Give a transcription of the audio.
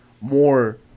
more